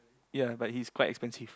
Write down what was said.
ya but he is quite expensive